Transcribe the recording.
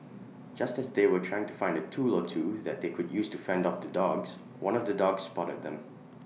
just as they were trying to find A tool or two that they could use to fend off the dogs one of the dogs spotted them